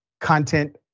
content